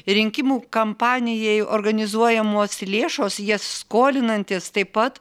rinkimų kampanijai organizuojamos lėšos jas skolinantis taip pat